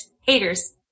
haters